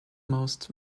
most